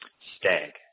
stag